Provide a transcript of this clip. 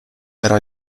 era